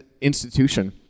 institution